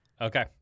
Okay